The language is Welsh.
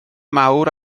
mawr